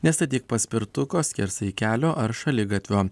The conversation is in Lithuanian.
nestatyk paspirtuko skersai kelio ar šaligatvio